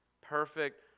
perfect